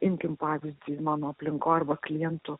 imkim pavyzdį mano aplinkoj arba klientų